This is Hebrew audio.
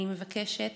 אני מבקשת